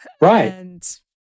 Right